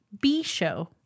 B-Show